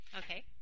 okay